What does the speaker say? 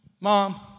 Mom